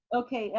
okay. yeah